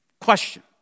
Question